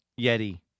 Yeti